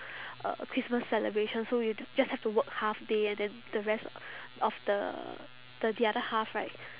uh christmas celebration so you d~ just have to work half day and then the rest of the the the other half right